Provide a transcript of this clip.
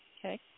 Okay